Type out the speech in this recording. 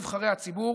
נבחרי הציבור,